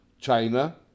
China